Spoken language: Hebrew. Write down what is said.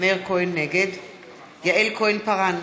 יעל כהן-פארן,